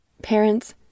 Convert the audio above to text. Parents